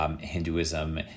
Hinduism